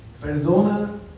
Perdona